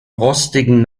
rostigen